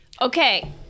Okay